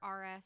RS